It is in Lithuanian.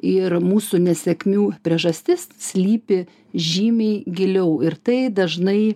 ir mūsų nesėkmių priežastis slypi žymiai giliau ir tai dažnai